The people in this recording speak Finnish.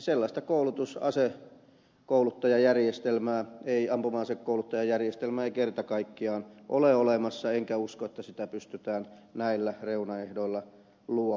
sellaista ampuma asekouluttajajärjestelmää ei kerta kaikkiaan ole olemassa enkä usko että sitä pystytään näillä reunaehdoilla luomaankaan